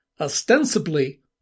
Ostensibly